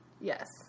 Yes